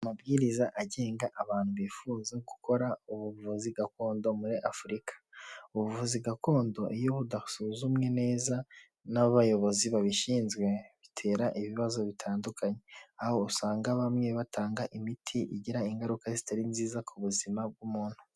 Amabwiriza agenga abantu bifuza gukora ubuvuzi gakondo muri Afurika, ubu buvuzi gakondo iyo budasuzumwe neza n'abayobozi babishinzwe bitera ibibazo bitandukanye, aho usanga bamwe batanga imiti igira ingaruka zitari nziza ku buzima bw'umuntu.